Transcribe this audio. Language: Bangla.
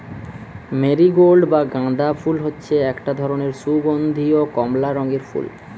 মেরিগোল্ড বা গাঁদা ফুল হচ্ছে একটা ধরণের সুগন্ধীয় কমলা রঙের ফুল